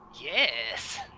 Yes